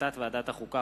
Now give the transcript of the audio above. והחלטת ועדת החוקה,